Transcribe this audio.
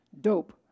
Dope